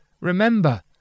Remember